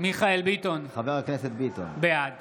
בעד